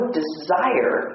desire